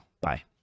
bye